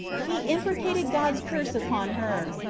he imprecated god's curse upon her,